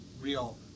real